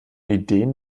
ideen